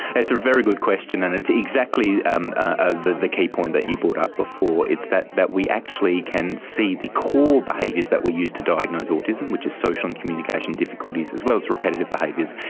it's a very good question, and it's exactly and ah the the key point that you brought up before, it's that that we actually can see the core behaviours that we use to diagnose autism, which is social and communication difficulties, as well as repetitive behaviours,